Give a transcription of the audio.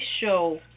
show